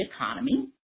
economy